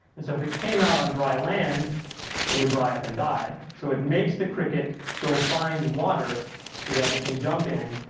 and so if it came out in dry land it would dry up and die. so it makes the cricket go find water so that it can jump in,